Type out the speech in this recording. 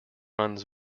runs